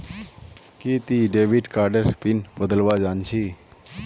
कि ती डेविड कार्डेर पिन बदलवा जानछी